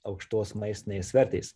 aukštos maistinės vertės